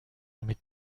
nommé